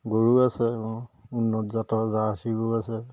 গৰু আছে উন্নত জাতৰ জাৰ্ছি গৰু আছে